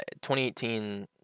2018